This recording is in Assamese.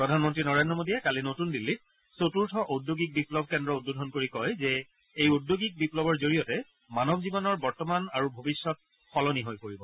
প্ৰধানমন্ত্ৰী নৰেন্দ্ৰ মোদীয়ে কালি নতুন দিল্লীত চতুৰ্থ ঔদ্যোগিক বিপ্লৱ কেন্দ্ৰ উদ্বোধন কৰি কয় যে এই ওঁদ্যোগিক বিপ্লৱৰ জৰিয়তে মানৱ জীৱনৰ বৰ্তমান আৰু ভৱিষ্যৎ সলনি হৈ পৰিব